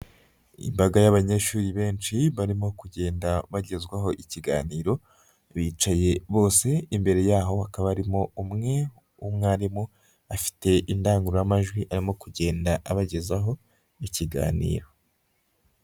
Imbaga y'abanyeshuri benshi barimo kugenda bagezwaho ikiganiro, bicaye bose, imbere yaho hakaba harimo umwe w'umwarimu afite indangururamajwi arimo kugenda abagezaho ikiganiro.